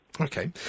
Okay